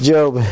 Job